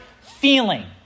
feeling